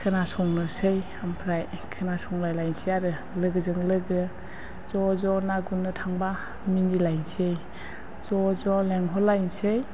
खोनासंनोसै ओमफ्राय खोनासंलायलायनोसै आरो लोगोजों लोगो ज' ज' ना गुरनो थांब्ला मिनिलायनोसै ज' ज' लिंहरलायनोसै